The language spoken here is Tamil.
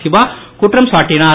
சிவா குற்றம் சாட்டினார்